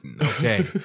okay